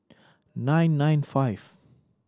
nine nine five